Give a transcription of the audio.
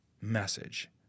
message